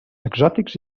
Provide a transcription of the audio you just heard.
exòtics